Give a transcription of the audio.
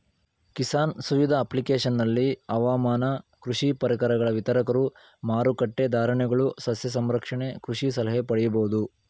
ಕಿಸಾನ್ ಸುವಿಧ ಅಪ್ಲಿಕೇಶನಲ್ಲಿ ಹವಾಮಾನ ಕೃಷಿ ಪರಿಕರಗಳ ವಿತರಕರು ಮಾರಕಟ್ಟೆ ಧಾರಣೆಗಳು ಸಸ್ಯ ಸಂರಕ್ಷಣೆ ಕೃಷಿ ಸಲಹೆ ಪಡಿಬೋದು